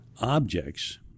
objects